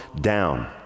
down